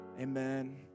Amen